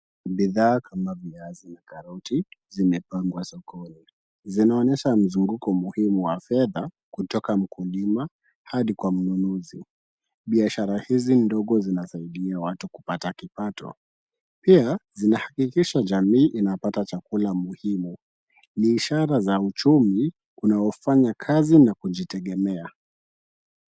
Bidhaa kama viazi, karoti, zimepangwa sokoni. Zinaonyesha mzunguko muhimu wa fedha kutoka mkulima hadi kwa mnunuzi. Biashara hizi ndogo zinasaidia watu kupata kipato. Pia zinahakikisha jamii inapata chakula muhimu. Ni ishara za uchumi unaofanya kazi na kujitegemea.